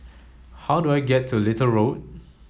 how do I get to Little Road